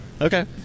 Okay